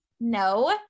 No